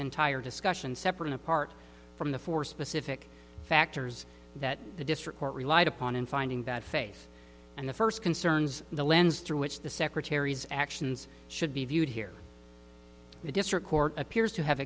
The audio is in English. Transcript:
entire discussion separate apart from the four specific factors that the district court relied upon in finding that face and the first concerns the lens through which the secretary's actions should be viewed here the district court appears to have